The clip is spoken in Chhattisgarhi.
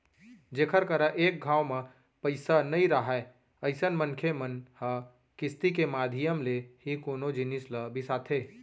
जेखर करा एक घांव म पइसा नइ राहय अइसन मनखे मन ह किस्ती के माधियम ले ही कोनो जिनिस ल बिसाथे